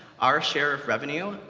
our share of revenue,